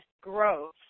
growth